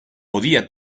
podía